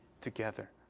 together